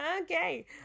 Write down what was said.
Okay